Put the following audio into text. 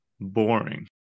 boring